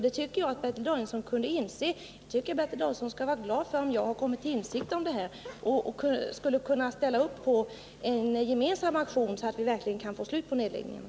Bertil Danielsson borde kunna instämma i det och vara glad för att jag har kommit till insikt om vad som sker. Han borde kunna ställa upp på en gemensam aktion, så att vi verkligen kan få ett slut på nedläggningarna.